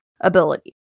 ability